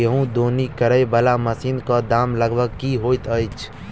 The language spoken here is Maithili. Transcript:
गेंहूँ दौनी करै वला मशीन कऽ दाम लगभग की होइत अछि?